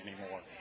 anymore